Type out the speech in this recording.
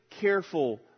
careful